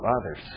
others